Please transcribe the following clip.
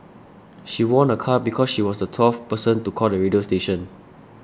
she won a car because she was the twelfth person to call the radio station